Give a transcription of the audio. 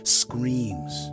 screams